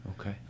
okay